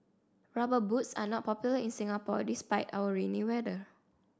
rubber boots are not popular in Singapore despite our rainy weather